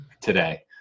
today